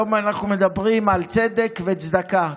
היום אנחנו מדברים על צדק וצדקה.